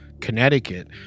Connecticut